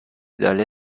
dalle